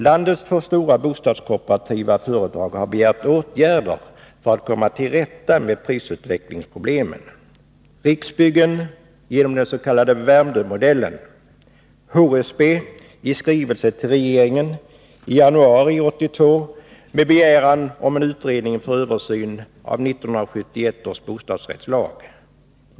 Landets två stora bostadskooperativa företag har begärt åtgärder för att komma till rätta med prisutvecklingsproblemen — Riksbyggen genom den s.k. Värmdömodellen och HSB i skrivelse till regeringen i januari 1982 med begäran om en utredning för översyn av 1971 års bostadsrättslag.